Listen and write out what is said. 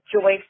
joy